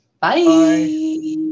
Bye